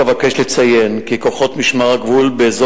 אבקש לציין כי כוחות משמר הגבול באזור